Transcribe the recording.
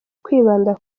kwibanda